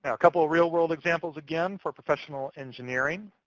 and a couple real-world examples, again, for professional engineering.